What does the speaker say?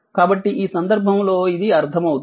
కాబట్టి ఈ సందర్భంలో ఇది అర్థమవుతుంది